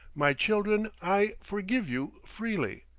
my children, i forgive you freely.